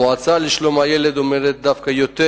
המועצה לשלום הילד אומרת דווקא יותר,